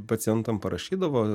pacientams parašydavo